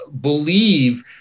believe